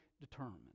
determined